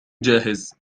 جاهز